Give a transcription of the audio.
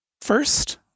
First